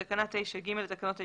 בתקנה 9ג לתקנות העיקריות,